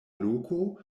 loko